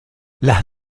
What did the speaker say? las